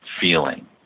feeling